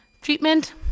Treatment